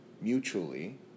mutually